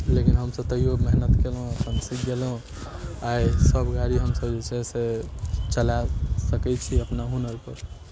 लेकिन हमसभ तैओ मेहनति केलहुँ अपन सीख गेलहुँ आइ सब गाड़ी हमसब जे छै से चला सकै छी अपना हुनरपर